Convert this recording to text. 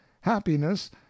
happiness